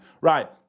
right